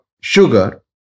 sugar